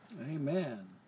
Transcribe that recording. Amen